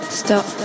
stop